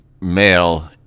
male